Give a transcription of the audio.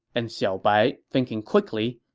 and xiaobai, thinking quickly,